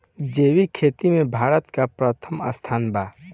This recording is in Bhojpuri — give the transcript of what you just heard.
जैविक खेती में भारत का प्रथम स्थान बा